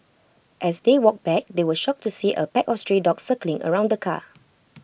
as they walked back they were shocked to see A pack of stray dogs circling around the car